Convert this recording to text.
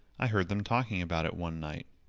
i heard them talking about it one night.